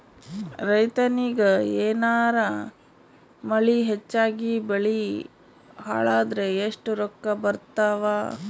ರೈತನಿಗ ಏನಾರ ಮಳಿ ಹೆಚ್ಚಾಗಿಬೆಳಿ ಹಾಳಾದರ ಎಷ್ಟುರೊಕ್ಕಾ ಬರತ್ತಾವ?